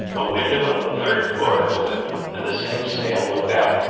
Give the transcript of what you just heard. a window on the third floor opened and the same snail looked out.